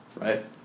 Right